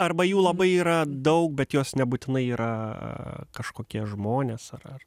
arba jų labai yra daug bet jos nebūtinai yra kažkokie žmonės ar ar